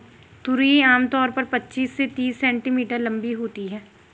तुरई आम तौर पर पचीस से तीस सेंटीमीटर लम्बी होती है